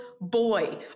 boy